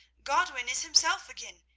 godwin is himself again.